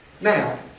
Now